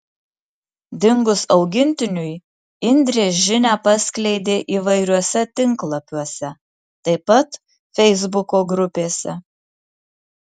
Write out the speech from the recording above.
dingus augintiniui indrė žinią paskleidė įvairiuose tinklapiuose taip pat feisbuko grupėse